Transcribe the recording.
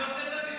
ההצעה להעביר